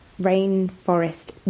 rainforest